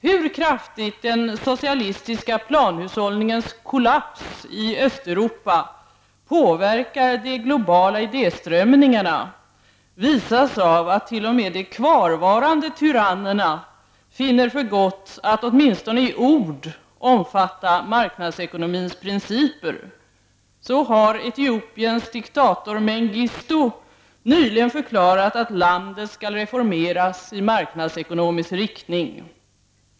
Hur kraftigt den socialistiska planhushållningens kollaps i Östeuropa påverkar de globala idéströmningarna visas av att t.o.m. de kvarvarande tyrannerna finner för gott att åtminstone i ord omfatta marknadsekonomins principer. Så har Etiopiens diktator Mengistu nyligen förklarat att landet skall reformeras i marknadsekonomisk riktning.